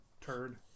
Turd